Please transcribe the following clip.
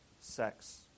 sex